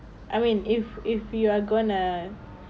I mean if if you're gonna